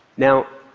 now,